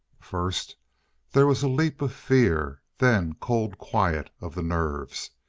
first there was a leap of fear then cold quiet of the nerves.